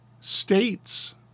states